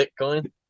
Bitcoin